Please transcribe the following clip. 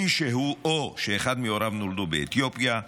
מי שהוא או אחד מהוריו נולדו באתיופיה,